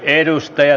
edustaja